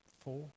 Four